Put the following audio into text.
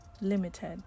limited